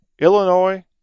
Illinois